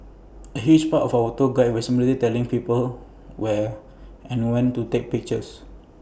A huge part of A tour guide's responsibilities telling people where and when to take pictures